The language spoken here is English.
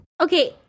Okay